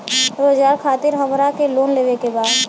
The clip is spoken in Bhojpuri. रोजगार खातीर हमरा के लोन लेवे के बा?